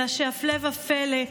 אלא שהפלא ופלא,